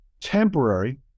temporary